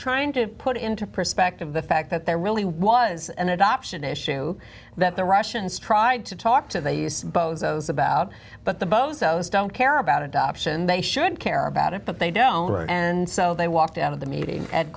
trying to put it into perspective the fact that there really was an adoption issue that the russians tried to talk to they use both those about but the bozos don't care about adoption they should care about it but they don't and so they walked out of the meeting and